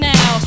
Now